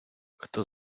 хто